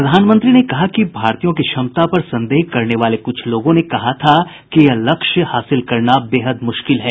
प्रधानमंत्री ने कहा कि भारतीयों की क्षमता पर संदेह करने वाले कुछ लोगों ने कहा था कि यह लक्ष्य हासिल करना बेहद मुश्किल है